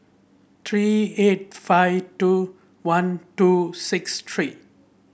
three eight five two one two six three